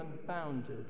unbounded